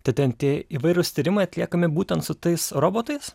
tai ten tie įvairūs tyrimai atliekami būtent su tais robotais